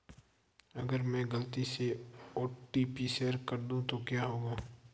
अगर मैं गलती से ओ.टी.पी शेयर कर दूं तो क्या होगा?